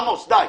עמוס, די.